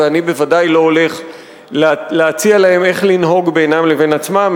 ואני בוודאי לא הולך להציע להם איך לנהוג בינם לבין עצמם.